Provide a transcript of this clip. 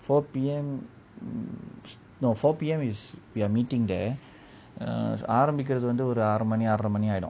four P_M no four P_M is we are meeting their err ஆரம்பிக்கறதுக்கு வந்து ஒரு ஆறு மணி ஆருரை மணி ஆயிடும்:aarambikarathu vanthu oru aaru mani aarurai mani aayidum